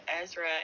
Ezra